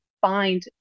find